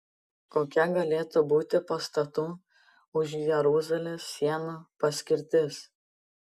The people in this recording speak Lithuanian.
kokia galėtų būti pastatų už jeruzalės sienų paskirtis